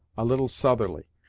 a little southerly,